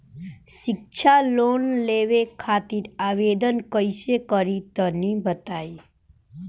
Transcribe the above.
शिक्षा लोन लेवे खातिर आवेदन कइसे करि तनि बताई?